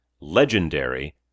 Legendary